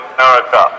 America